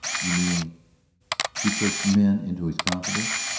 you mean he takes men into his confidence?